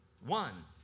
one